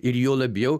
ir juo labiau